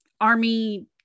army